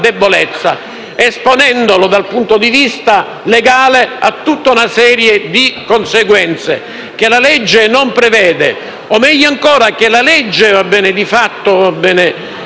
debolezza, esponendolo dal punto di vista legale a tutta una serie di conseguenze che la legge non prevede, o meglio ancora che la legge di fatto prevede